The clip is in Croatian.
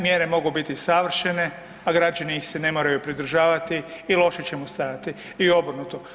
Mjere mogu biti savršeni, a građani ih se ne moraju pridržavati i loše ćemo stajati i obrnuto.